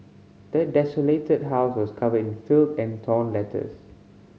the desolated house was covered in filth and torn letters